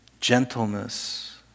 Gentleness